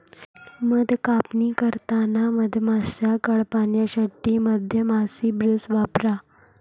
मध कापणी करताना मधमाश्या काढण्यासाठी मधमाशी ब्रश वापरा